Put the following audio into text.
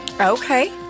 Okay